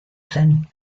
zen